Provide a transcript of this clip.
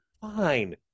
Fine